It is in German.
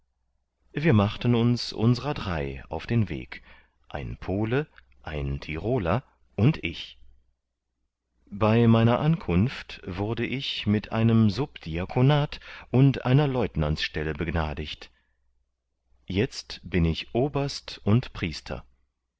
wir machten uns unsrer drei auf den weg ein pole ein tyroler und ich bei meiner ankunft wurde ich mit einem subdiakonat und einer leutnantsstelle begnadigt jetzt bin ich oberst und priester